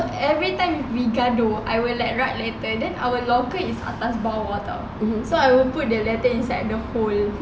everytime we gaduh I will like write letter our locker is atas bawah [tau] so I will put the letter inside the hole